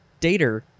dater